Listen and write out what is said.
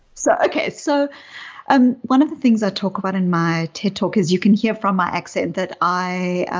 so okay. so and one of the things i talk about in my ted talk, as you can hear from my accent that i